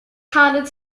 handled